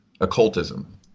occultism